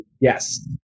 yes